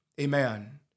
Amen